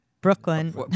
Brooklyn